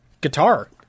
guitar